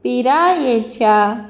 पिरायेच्या